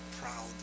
proud